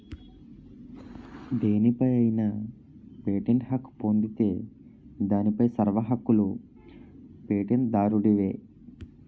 దేనిపై అయినా పేటెంట్ హక్కు పొందితే దానిపై సర్వ హక్కులూ పేటెంట్ దారుడివే